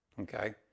Okay